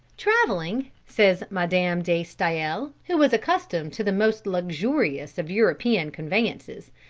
traveling, says madame de stael, who was accustomed to the most luxurious of european conveyances,